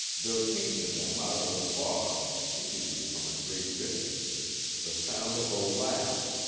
there came to them out of the fog seemingly from a great distance the sound of a laugh,